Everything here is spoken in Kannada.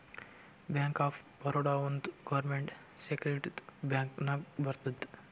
ಬ್ಯಾಂಕ್ ಆಫ್ ಬರೋಡಾ ಒಂದ್ ಗೌರ್ಮೆಂಟ್ ಸೆಕ್ಟರ್ದು ಬ್ಯಾಂಕ್ ನಾಗ್ ಬರ್ತುದ್